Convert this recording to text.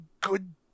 good